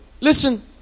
Listen